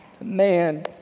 Man